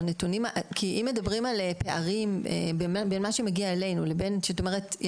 כי אם מדברים על פערים בין מה שמגיע אלינו לבין מה שאת אומרת,